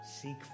Seek